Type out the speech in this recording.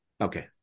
okay